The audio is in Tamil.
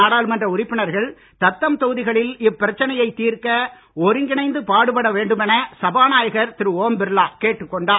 நாடாளுமன்ற உறுப்பினர்கள் தத்தம் தொகுதிகளில் இப்பிரச்சனையை தீர்க்க ஒருங்கிணைந்து பாடுபட வேண்டும் என சபாநாயகர் திரு ஒம் பிர்லா கேட்டுக் கொண்டார்